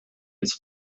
his